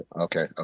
okay